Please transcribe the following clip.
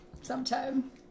sometime